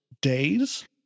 days